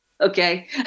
Okay